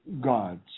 gods